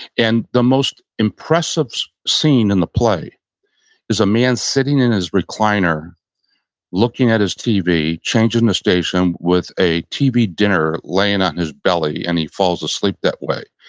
and the most impressive scene in the play is a man sitting in his recliner looking at his tv, changing the station with a tv dinner laying on ah and his belly and he falls asleep that way.